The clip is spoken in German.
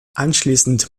anschließend